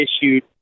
issued